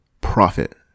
profit